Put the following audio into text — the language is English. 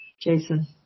Jason